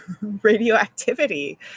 radioactivity